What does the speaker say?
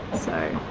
so,